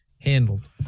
handled